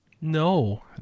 No